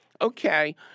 Okay